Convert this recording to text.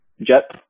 jet